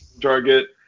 Target